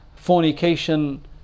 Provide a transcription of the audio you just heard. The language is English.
fornication